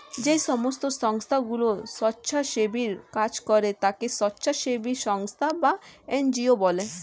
যেই সমস্ত সংস্থাগুলো স্বেচ্ছাসেবীর কাজ করে তাকে স্বেচ্ছাসেবী সংস্থা বা এন জি ও বলে